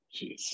Jeez